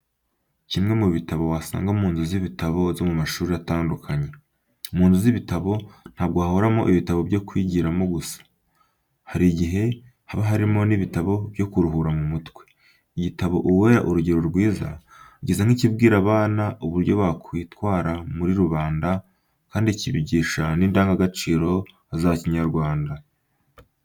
Kimwe mu bitabo wasanga mu nzu z'ibitabo zo mu mashuri atandukanye. Mu nzu z'ibitabo ntabwo hahoramo ibitabo byo kwigiramo gusa, hari igihe haba harimo n'ibitabo byo kuruhura mu mutwe. Igitabo ''Uwera urugero rwiza'' gisa nk'ikibwira abana uburyo bakwitara muri rubanda kandi kibigisha n'indangagaciro za Kinyarwanda.